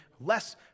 less